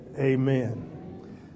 amen